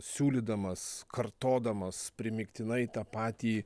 siūlydamas kartodamas primygtinai tą patį